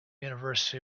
university